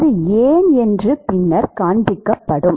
அது ஏன் என்று பின்னர் காண்பிக்கப்படும்